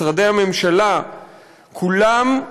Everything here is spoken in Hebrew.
ומשרדי הממשלה כולם,